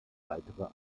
weitere